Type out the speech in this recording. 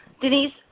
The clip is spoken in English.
Denise